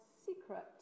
secret